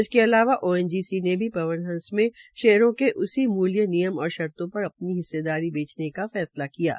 इसके अलावा ओएनजीसी ने भी पवन हंस में शेयरों के उसी मूल्य नियम और शर्तो पर अपने हिस्सेदारी बेचने का फैसला किया है